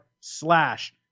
slash